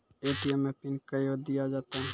ATM मे pin कयो दिया जाता हैं?